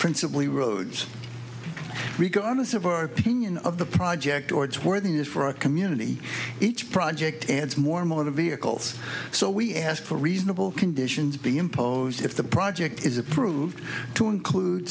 principly roads regardless of our opinion of the project towards worthiness for a community each project adds more and more of the vehicles so we ask for reasonable conditions be imposed if the project is approved to include